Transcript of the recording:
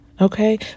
Okay